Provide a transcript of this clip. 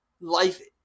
life